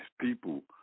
people